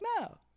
no